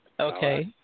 Okay